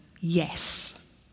yes